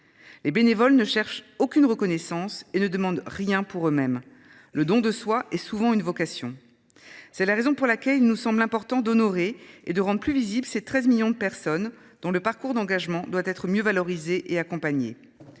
Les bénévoles ne cherchent aucune reconnaissance et ne demandent rien pour eux mêmes. Le don de soi est souvent une vocation. C’est la raison pour laquelle il nous semble important d’honorer et de rendre plus visibles ces 13 millions de personnes, dont le parcours d’engagement doit être mieux valorisé et accompagné.